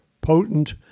potent